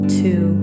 two